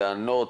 לענות,